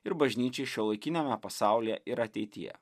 ir bažnyčiai šiuolaikiniame pasaulyje ir ateityje